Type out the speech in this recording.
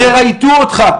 אל תעצרי אותי.